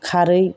खारै